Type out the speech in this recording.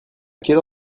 quelle